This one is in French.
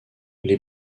les